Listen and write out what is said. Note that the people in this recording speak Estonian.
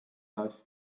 last